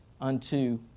unto